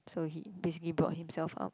so he basically brought himself up